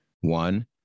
One